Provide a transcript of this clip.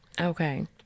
Okay